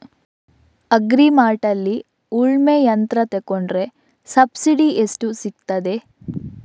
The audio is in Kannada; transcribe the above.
ಅಗ್ರಿ ಮಾರ್ಟ್ನಲ್ಲಿ ಉಳ್ಮೆ ಯಂತ್ರ ತೆಕೊಂಡ್ರೆ ಸಬ್ಸಿಡಿ ಎಷ್ಟು ಸಿಕ್ತಾದೆ?